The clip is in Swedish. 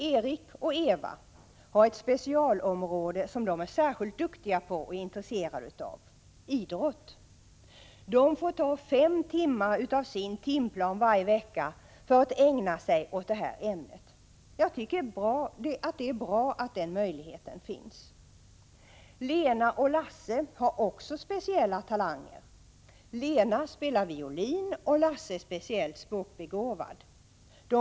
Eva och Erik har ett specialområde där de är särskilt duktiga och som de är särskilt intresserade av, nämligen idrott. De får ta fem timmar av sin timplan varje vecka för att ägna sig åt detta ämne. Jag tycker det är bra att den möjligheten finns. Lena och Lasse har också speciella talanger. Lena spelar violin, och Lasse är mycket språkbegåvad.